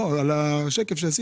את השקף.